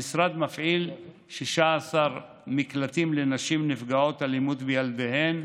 המשרד מפעיל 16 מקלטים לנשים נפגעות אלימות וילדיהן,